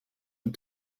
and